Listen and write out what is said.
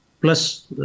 plus